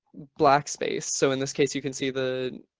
black space. so in this case you can see the